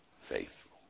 faithful